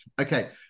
okay